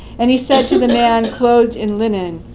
and he said to the man clothed in linen,